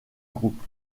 groupe